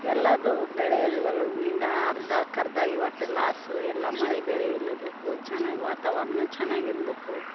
ಎಲ್ಲದು ಬೆಳೆಯ ದರದಿಂದ ಅರ್ಧಕ್ಕರ್ಧ ಈ ಒಟ್ಟು ಲಾಸು ಎಲ್ಲ ಮಳೆ ಬೆಳೆ ಇಲ್ಲದ್ದಕ್ಕು ಚೆನ್ನಾಗಿ ವಾತಾವರ್ಣ ಚೆನ್ನಾಗಿ ಇಲ್ದಕ್ಕೂ